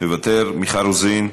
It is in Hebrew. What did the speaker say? מוותר, מיכל רוזין,